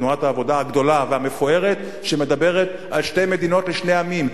תנועת העבודה הגדולה והמפוארת שמדברת על שתי מדינות לשני עמים.